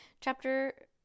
chapter